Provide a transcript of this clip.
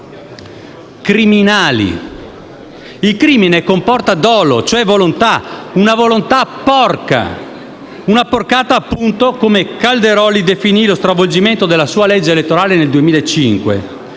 Il crimine comporta dolo, cioè volontà, una volontà porca, «una porcata», appunto, come Calderoli definì lo stravolgimento della sua legge elettorale nel 2005.